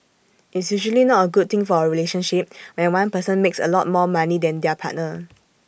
it's usually not A good thing for A relationship when one person makes A lot more money than their partner